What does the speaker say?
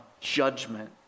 judgment